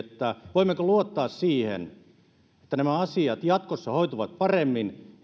voimmeko luottaa siihen että nämä asiat jatkossa hoituvat paremmin